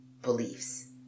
beliefs